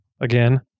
again